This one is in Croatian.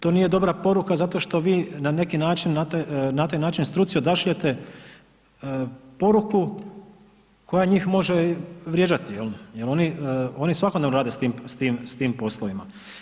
To nije dobra poruka zato što vi na neki način na taj način struci odašiljete poruku koja njih može vrijeđati jel, jel oni svakodnevno rade s tim poslovima.